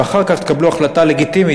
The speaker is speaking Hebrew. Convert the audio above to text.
ואחר כך תקבלו החלטה לגיטימית,